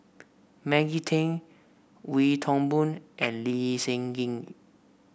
Maggie Teng Wee Toon Boon and Lee Seng Gee